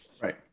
right